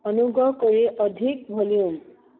অনুগ্ৰহ কৰি অধিক ভ'ল্যুম